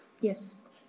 Yes